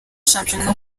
shampiyona